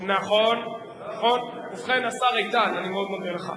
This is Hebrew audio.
נכון, השר איתן, אני מאוד מודה לך.